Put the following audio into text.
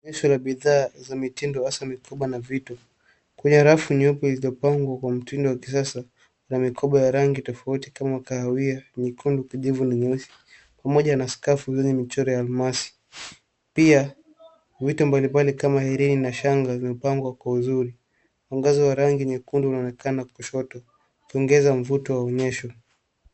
Onyesho la bidhaa za mitindo hasa mikoba na vitu. Kwenye rafu nyeupe ilizopangwa kwa mtindo wa kisasa na mikoba ya rangi tofauti kama kahawia, nyekundu, kijivu na nyeusi, pamoja na skafu yenye michoro ya almasi. Pia, vitu mbali mbali kama herini na shanga vimepangwa kwa uzuri. Mwangaza wa rangi nyekundu unaonekana kushoto, ukiongeza mvuto wa unyesho.